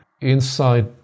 inside